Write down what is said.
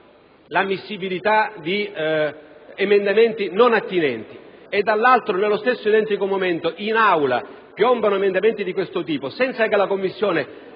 l'ammissibilità di emendamenti non attinenti e dall'altro, nello stesso identico momento, in Aula piombano emendamenti di questo tipo, senza che la Commissione